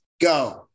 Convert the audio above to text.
go